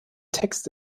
text